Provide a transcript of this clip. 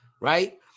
right